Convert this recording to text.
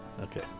Okay